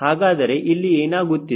ಹಾಗಾದರೆ ಇಲ್ಲಿ ಏನಾಗುತ್ತಿದೆ